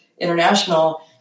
International